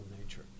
nature